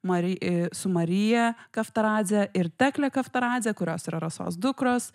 mari su marija kavtaradze ir tekle kavtaradze kurios yra rasos dukros